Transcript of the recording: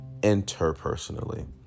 interpersonally